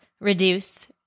reduce